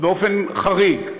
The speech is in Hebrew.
באופן חריג.